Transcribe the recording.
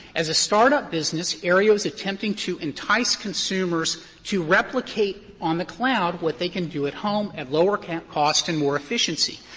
as a startup business, aereo is attempting to entice consumers to replicate on the cloud what they can do at home at lower cap costs and more efficiency.